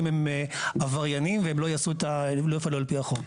הם עבריינים והם לא יפעלו על פי החוק.